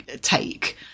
take